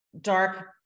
dark